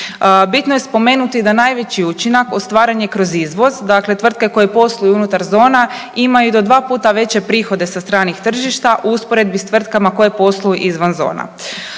Bitno je spomenuti da najveći učinak ostvaren je kroz izvoz, dakle tvrtke koje posluju unutar zona ima i do dva puta veće prihode sa stranih tržišta u usporedbi s tvrtkama koje posluju izvan zona.